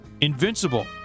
invincible